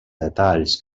detalls